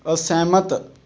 ਅਸਹਿਮਤ